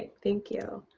thank you.